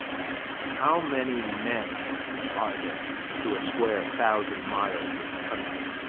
how many men are there to a square thousand miles in the country?